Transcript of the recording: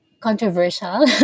controversial